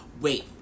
wait